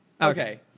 Okay